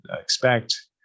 expect